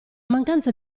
mancanza